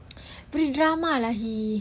he drama lah he